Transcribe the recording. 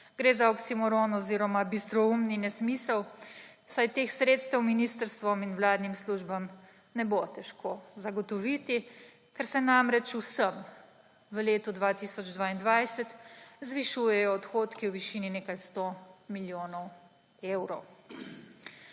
Gre za oksimoron oziroma bistroumni nesmisel, saj teh sredstev ministrstvom in vladnim službam ne bo težko zagotoviti, ker se namreč vsem v letu 2022 zvišujejo odhodki v višini nekaj 100 milijonov evrov.